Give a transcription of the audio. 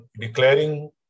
declaring